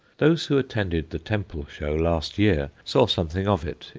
those who attended the temple show last year saw something of it,